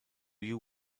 you